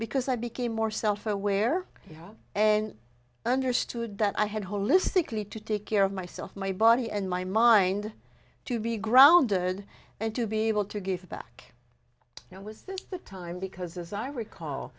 because i became more self aware and understood that i had holistically to take care of myself my body and my mind to be grounded and to be able to give back now was this the time because as i recall